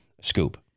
Scoop